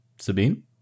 Sabine